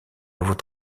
nouveau